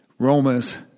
Romans